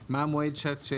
מה המועד?